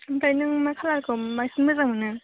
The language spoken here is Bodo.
ओमफ्राय नों मा खालारखौ बांसिन मोजां मोनो